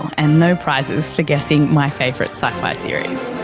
and no prizes for guessing my favourite sci-fi series.